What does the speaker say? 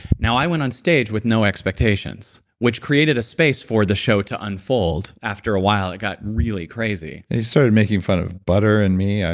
now, i went on stage with no expectations, which created a space for the show to unfold. after a while it got really crazy you started making fun of butter and me.